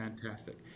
Fantastic